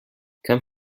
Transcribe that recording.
come